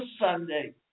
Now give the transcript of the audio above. Sunday